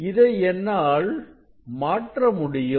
இதை என்னால் மாற்ற முடியும்